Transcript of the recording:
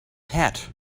hat